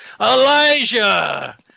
Elijah